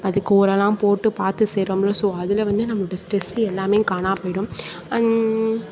அதுக்கு உரம்லாம் போட்டு பார்த்து செய்கிறோம்ல ஸோ அதில் வந்து நம்மளோட ஸ்ட்ரெஸ் எல்லாம் வந்து காணாப்போய்டும்